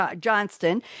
Johnston